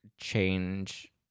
change